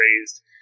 raised